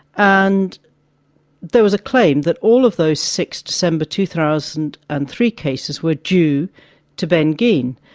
and there was a claim that all of those six december two thousand and three cases were due to ben geen.